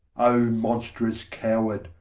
o monstrous coward!